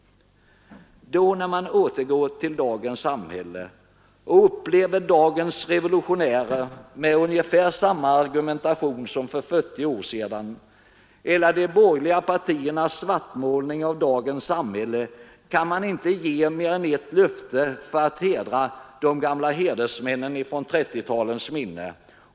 När man återgår till nutiden och upplever dagens revolutionärer med ungefär samma argumentation som för 40 år sedan eller de borgerliga partiernas svartmålning av dagens samhälle kan man inte ge mer än ett löfte för att hedra minnet av de gamla hedersmännen från 1930-talet.